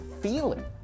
feeling